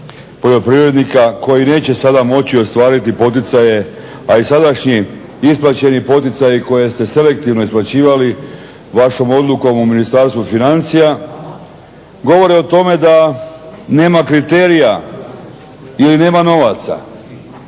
poljoprivrednika koji neće sada moći ostvariti poticaje. A i sadašnji isplaćeni poticaji koje ste selektivno isplaćivali vašom odlukom u Ministarstvu financija govore o tome da nema kriterija ili nema novaca.